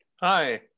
Hi